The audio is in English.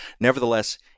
Nevertheless